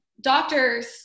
doctors-